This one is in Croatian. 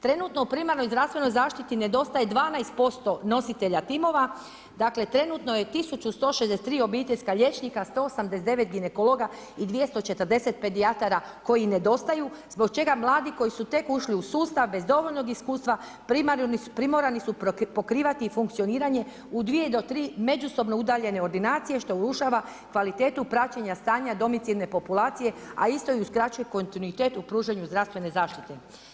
Trenutno u primarnoj zdravstvenoj zaštiti nedostaje 12% nositelja timova, dakle trenutno je 1163 obiteljska liječnika, 189 ginekologa i 240 pedijatara koji nedostaju zbog čega mladi koji su tek ušli u sustav bez dovoljnog iskustva primorani su pokrivati i funkcioniranje u 2 do 3 međusobno udaljene ordinacije što urušava kvalitetu praćenja stanja domicilne populacije a isto i uskraćuje kontinuitet u pružanju zdravstvene zaštite.